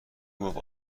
گفت